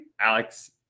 Alex